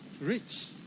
rich